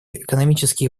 экономические